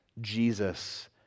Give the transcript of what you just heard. Jesus